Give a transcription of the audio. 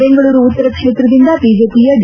ಬೆಂಗಳೂರು ಉತ್ತರ ಕ್ಷೇತ್ರದಿಂದ ಬಿಜೆಪಿಯ ಡಿ